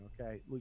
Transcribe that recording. Okay